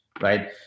right